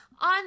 On